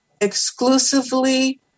exclusively